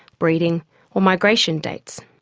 breeding or migration dates.